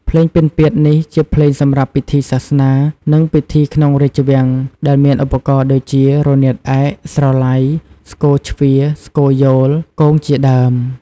ភ្លេងពិណពាទ្យនេះជាភ្លេងសម្រាប់ពិធីសាសនា និងពិធីក្នុងរាជវាំង ដែលមានឧបករណ៍ដូចជា រនាតឯក ស្រឡៃ ស្គរជ្វា ស្គរយោល គង ជាដើម។